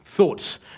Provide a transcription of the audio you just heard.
thoughts